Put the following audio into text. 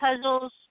puzzles